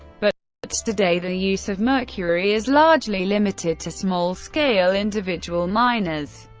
but but today the use of mercury is largely limited to small-scale individual miners.